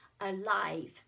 alive